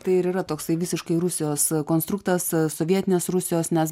tai ir yra toksai visiškai rusijos e konstruktas sovietinės rusijos nes